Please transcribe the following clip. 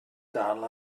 dal